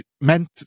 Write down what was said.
meant